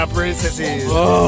Princesses